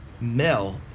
Mel